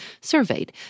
surveyed